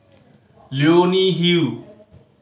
Leonie Hill